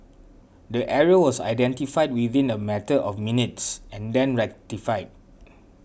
the error was identified within a matter of minutes and then rectified